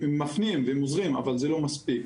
הם מפנים והם עוזרים אבל זה לא מספיק.